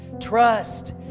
trust